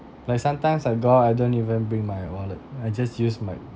like sometimes I go out I don't even bring my wallet I just use my